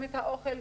גם אוכל,